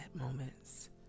moments